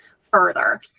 further